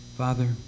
Father